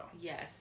Yes